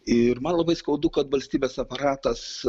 ir man labai skaudu kad valstybės aparatas